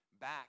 back